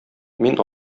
мин